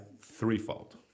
threefold